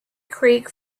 creek